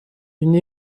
une